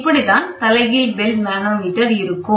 இப்படித்தான் தலைகீழ் bell manometer இருக்கும்